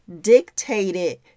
dictated